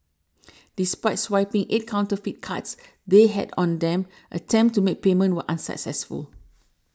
despite swiping eight counterfeit cards they had on them attempts to make payment were unsuccessful